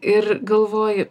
ir galvoji